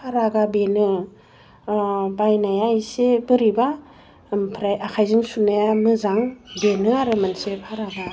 फारागा बेनो बायनाया इसे बोरैबा ओमफ्राय आखाइजों सुनाया मोजां बेनो आरो मोनसे फारागा